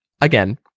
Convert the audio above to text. again